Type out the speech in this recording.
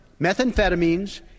methamphetamines